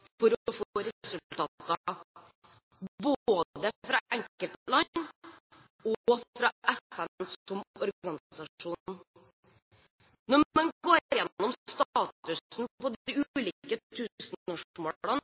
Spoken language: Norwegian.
for å få resultater, både fra enkeltland og fra FN som organisasjon. Når man går